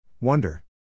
Wonder